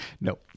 No